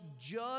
judge